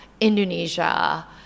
Indonesia